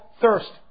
thirst